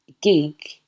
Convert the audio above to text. gig